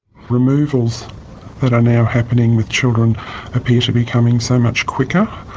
removals that are now happening with children appear to be coming so much quicker.